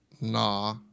nah